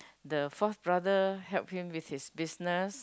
the fourth brother help him with his business